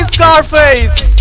Scarface